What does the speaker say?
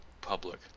public